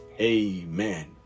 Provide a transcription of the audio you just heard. Amen